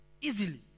Easily